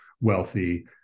wealthy